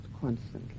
constantly